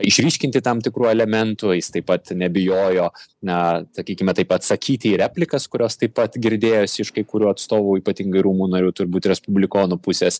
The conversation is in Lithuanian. išryškinti tam tikrų elementų jis taip pat nebijojo na sakykime taip atsakyti į replikas kurios taip pat girdėjosi iš kai kurių atstovų ypatingai rūmų narių turbūt respublikonų pusės